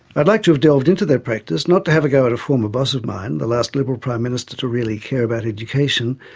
i'd like to have delved into that practice, not to have a go at a former boss of mine, the last liberal prime minister to really care about education,